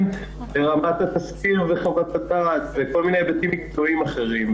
ברמת התסקיר וחוות הדעת ובכל מיני היבטים מקצועיים אחרים,